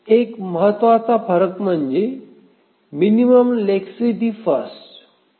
एक महत्त्वाचा फरक म्हणजे मिनिमम लेक्सिटी फर्स्ट